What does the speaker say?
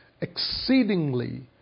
exceedingly